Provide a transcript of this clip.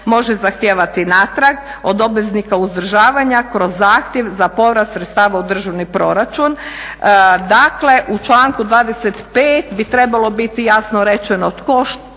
može zahtijevati natrag od obveznika uzdržavanja kroz zahtjev za povrat sredstava u državni proračun. Dakle, u članku 25. bi trebalo biti jasno rečeno tko, što,